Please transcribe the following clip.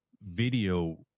Video